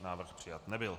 Návrh přijat nebyl.